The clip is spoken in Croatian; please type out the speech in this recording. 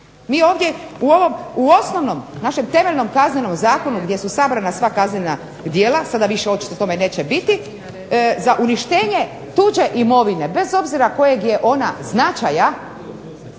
u ovom, u osnovnom našem temeljnom Kaznenom zakonu gdje su sabrana sva kaznena djela sada više očito tome neće biti za uništenje tuđe imovine bez obzira kojeg je ona značaja,